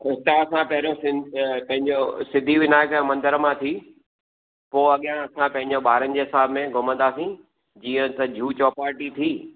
उतां खां पहिरियों सिं पंहिंजो सिद्धिविनायक जे मंदर मां थी पोइ अॻियां असां पंहिंजो ॿारनि जे हिसाब में घुमंदासीं जीअं त जूहु चौपाटी थी